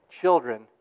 children